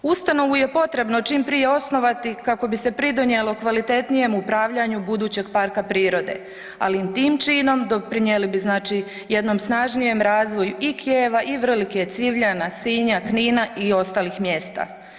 Ustanovu je potrebno čim prije osnovati kako bi se pridonijelo kvalitetnijem upravljanju budućeg parka prirode, ali tim činom doprinijeli bi jednom snažnijem razvoju i Kijeva i Vrlike, Civljana, Sinja, Knina i ostalih mjesta.